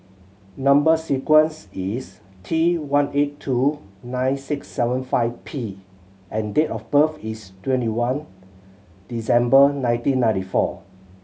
number sequence is T one eight two nine six seven five P and date of birth is twenty one December nineteen ninety four